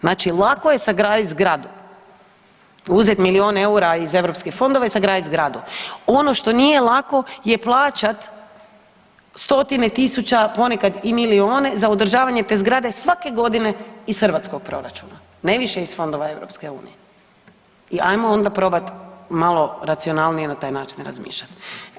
Znači lako je sagraditi zgradu, uzet milijun eura iz europskih fondova i sagradit zgradu, ono što nije lako je plaćat stotine tisuća, ponekad i milijune za održavanje te zgrade svake godine iz hrvatskog proračuna, ne više iz fondova EU-a i ajmo onda probat malo racionalnije na taj način razmišljat.